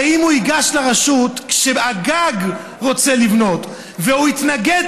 הרי אם הוא ייגש לרשות כשההוא בגג רוצה לבנות והוא יתנגד,